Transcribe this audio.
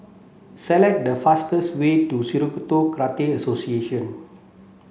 select the fastest way to Shitoryu Karate Association